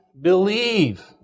believe